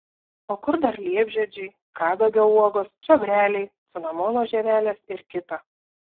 o kur dar liepžiedžiai kadagio uogos čiobreliai cinamono žievelės ir kita